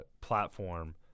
platform